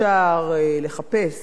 שאפשר לחפש